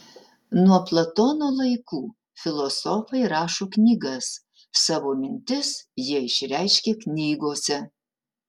nuo platono laikų filosofai rašo knygas savo mintis jie išreiškia knygose